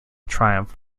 triumph